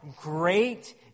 great